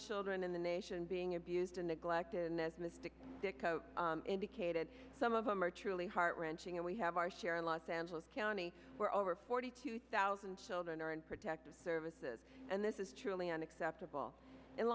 children in the nation being abused and neglected in this mystic dicko indicated some of them are truly heart wrenching and we have our share in los angeles county where over forty two thousand children are in protective services and this is truly unacceptable in